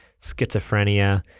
schizophrenia